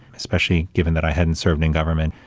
especially given that i hadn't served in government.